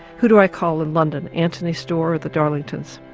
who do i call in london? antony store or the darlingtons?